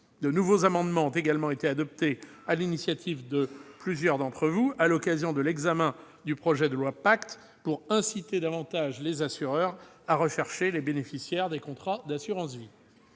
De nouveaux amendements ont également été adoptés sur l'initiative de plusieurs sénateurs à l'occasion de l'examen du projet de loi PACTE pour inciter davantage les assureurs à rechercher les bénéficiaires des contrats d'assurance vie.